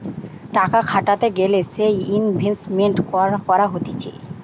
টাকা খাটাতে গ্যালে যে ইনভেস্টমেন্ট করা হতিছে